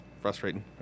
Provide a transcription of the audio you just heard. Frustrating